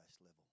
level